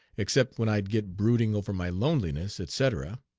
except when i'd get brooding over my loneliness, etc.